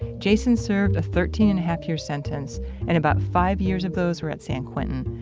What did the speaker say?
jason served a thirteen-and-a-half-year sentence and about five years of those were at san quentin.